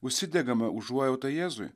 užsidegame užuojautą jėzui